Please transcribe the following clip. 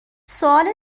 سوال